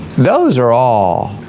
those are all,